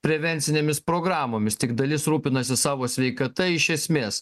prevencinėmis programomis tik dalis rūpinasi savo sveikata iš esmės